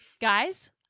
Guys